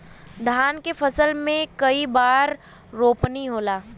धान के फसल मे कई बार रोपनी होला?